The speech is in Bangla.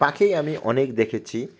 পাখি আমি অনেক দেখেছি